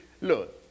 Look